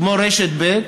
כמו רשת ב',